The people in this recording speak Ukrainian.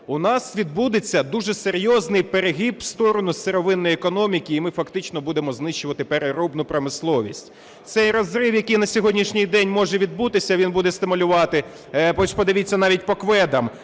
У нас відбудеться дуже серйозний перегиб в сторону сировинної економіки, і ми фактично будемо знищувати переробну промисловість. Цей розрив, який на сьогоднішній день може відбутися, він буде стимулювати, ось подивіться навіть по кведам: